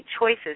choices